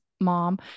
mom